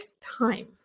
time